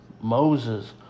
Moses